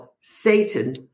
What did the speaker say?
Satan